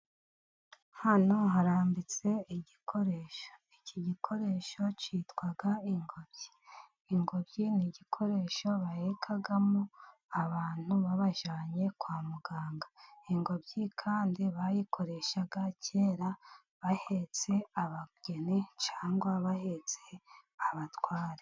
Hano harambitse igikoresho, iki gikoresho cyitwa ingobyi, ingobyi ni igikoresho bahekamo abantu babajyanye kwa muganga, ingobyi kandi bayikoreshaga kera bahetse abageni cyangwa bahetse abatware.